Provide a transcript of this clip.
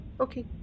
Okay